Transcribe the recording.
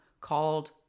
called